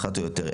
אחת או יותר,